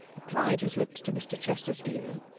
applied his lips to mr chester's ear,